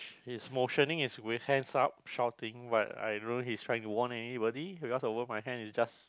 his motioning is with hands up shouting but I don't know he's trying to warn anybody because over my hand is just